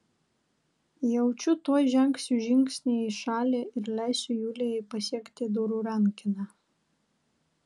jaučiu tuoj žengsiu žingsnį į šalį ir leisiu julijai pasiekti durų rankeną